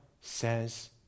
says